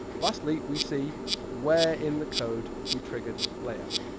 lastly, we see where in the code we triggered layout.